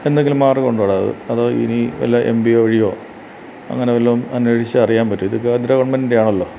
എന്തെങ്കിലും മാർഗ്ഗമുണ്ടോട ഇത് അതോ ഇനി വല്ല എം പിയൊ വഴിയൊ അങ്ങനെവല്ലതും അന്വേഷിച്ചാൽ അറിയാൻ പറ്റുമോ ഇതു കേന്ദ്ര ഗവൺമെൻറ്റിൻ്റെ ആണല്ലൊ